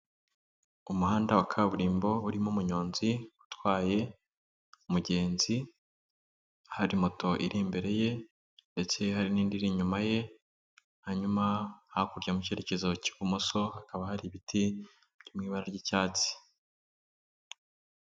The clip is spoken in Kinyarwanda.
Umuhanda wa kaburimbo urimo umunyonzi utwaye mugenzi, hari moto iri imbere ye ndetse hari n'indi iri inyuma ye hanyuma hakurya mu cyerekezo k'ibumoso hakaba hari ibiti byo mu ibara ry'icyatsi.